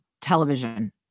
television